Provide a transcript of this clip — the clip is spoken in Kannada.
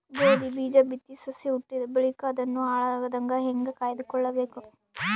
ಗೋಧಿ ಬೀಜ ಬಿತ್ತಿ ಸಸಿ ಹುಟ್ಟಿದ ಬಳಿಕ ಅದನ್ನು ಹಾಳಾಗದಂಗ ಹೇಂಗ ಕಾಯ್ದುಕೊಳಬೇಕು?